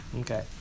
Okay